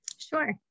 Sure